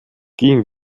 ging